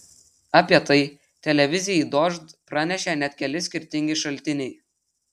apie tai televizijai dožd pranešė net keli skirtingi šaltiniai